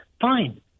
fine